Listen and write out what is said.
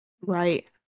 Right